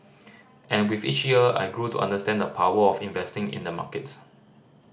and with each year I grew to understand the power of investing in the markets